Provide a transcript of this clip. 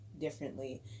differently